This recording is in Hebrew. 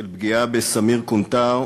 של פגיעה בסמיר קונטאר,